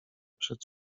przed